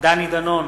דני דנון,